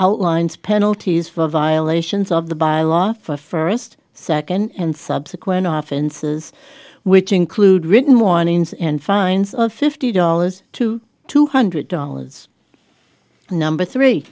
outlines penalties for violations of the by law for first second and subsequent often says which include written warnings and fines of fifty dollars to two hundred dollars number three